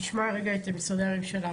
נשמע רגע את משרדי הממשלה.